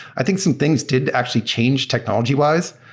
i think some things didn't actually change technology-wise.